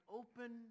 open